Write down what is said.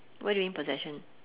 what do you mean possession